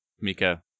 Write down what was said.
Mika